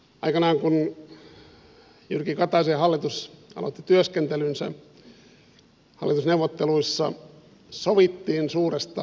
aikanaan kun jyrki kataisen hallitus aloitti työskentelynsä hallitusneuvotteluissa sovittiin suuresta lääkekorvausuudistuksesta